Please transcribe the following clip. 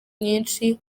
nyinshi